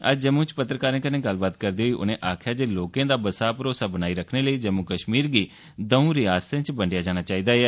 अज्ज जम्मू च पत्रकारें कन्नें गल्लबात करदे होई उनें आक्खेया जे लोकें दा बसा भरौसा बनाई रक्खने लेई जम्मू कश्मीर गी दंऊ रियासतें च बंडेआ जाना चाहिदा ऐ